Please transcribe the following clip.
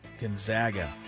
Gonzaga